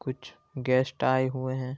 کچھ گیسٹ آئے ہوئے ہیں